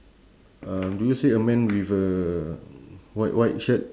um do you see a man with a white white shirt